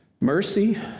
Mercy